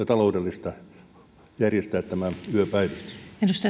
taloudellista järjestää se yöpäivystys arvoisa